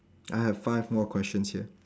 I have five more questions here